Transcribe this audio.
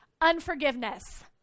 Unforgiveness